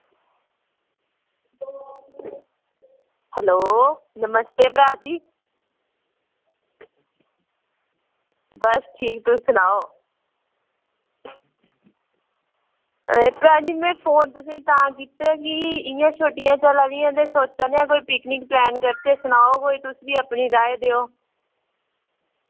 hello नमस्ते भ्राऽ जी बस ठीक तुस सनाओ एह् भ्राऽ जी में फोन तुसेंई तां कीता कि इ'यां छुट्टियां चला दियां ते सोचै दे आं कि कोई पिकनिक प्लान करचै सनाओ कोई तुस भी अपनी राय देओ